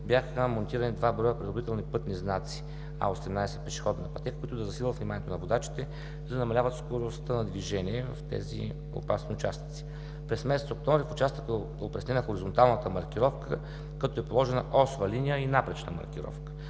бяха монтирани два броя предупредителни пътни знаци А-18 „Пешеходна пътека“, които да засилят вниманието на водачите и да намаляват скоростта на движение в тези опасни участъци. През месец октомври в участъка е опреснена хоризонталната маркировка, като е положена осева линия и напречна маркировка.